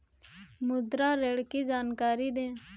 मुद्रा ऋण की जानकारी दें?